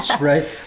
Right